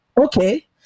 okay